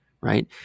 right